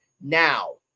now